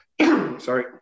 Sorry